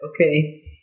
Okay